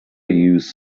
use